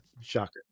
shocker